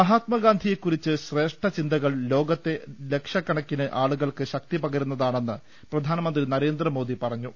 മഹാത്മാഗാന്ധിയെക്കുറിച്ച ശ്രേഷ്ഠചിന്തകൾ ലോകത്തെ ദശ ലക്ഷക്കണക്കിന് ആളുകൾക്ക് ശക്തി പകരുന്നതാണെന്ന് പ്രധാ നമന്ത്രി നരേന്ദ്രമോദി പറഞ്ഞു